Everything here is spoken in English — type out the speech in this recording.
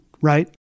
right